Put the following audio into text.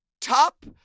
top